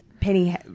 Penny